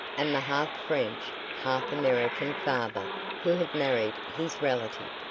and the half french, half american father who had married his relative.